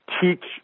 teach